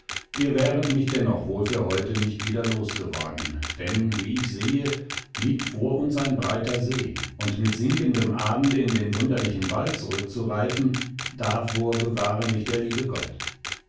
ihr wäret mich dennoch wohl für heute nicht wieder losgeworden denn wie ich sehe liegt vor uns ein breiter see und mit sinkendem abende in den wunderlichen wald zurückzureiten davor bewahre mich der liebe gott